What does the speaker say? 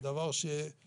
זה דבר שחיסל